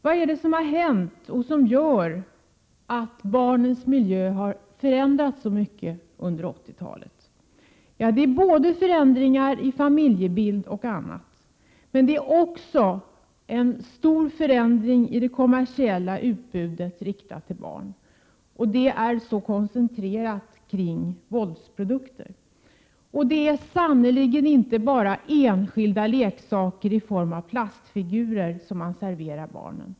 Vad är det som har hänt och vad är det som gör att barnens miljö har förändrats så mycket under 80-talet? Jo, det är fråga om både förändringar i familjebild och förändringar i andra avseenden. Men det är också en stor förändring i det kommersiella utbudet, riktat till barn. Detta utbud är koncentrerat kring våldsprodukter. Det är sannerligen inte bara enskilda leksaker i form av plastfigurer som man serverar barnen.